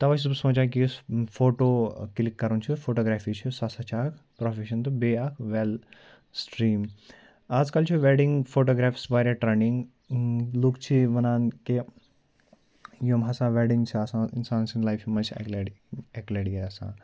تَوَے چھُس بہٕ سونٛچان کہِ یُس فوٹو کِلِک کَرُن چھُ فوٹوگرافی چھِ سُہ ہَسا چھُ اَکھ پرٛوفِشَن تہٕ بیٚیہِ اَکھ وٮ۪ل سِٹرٛیٖم آز کَل چھِ وٮ۪ڈِنٛگ فوٹوگرافٕس واریاہ ٹرٛنٛڈِنٛگ لُکھ چھِ یہِ وَنان کہِ یِم ہَسا وٮ۪ڈِنٛگ چھِ آسان اِنسان سٕنٛدۍ لایفہِ منٛز چھِ اَکہِ لَٹہِ اَکہِ لَٹہِ یہِ آسان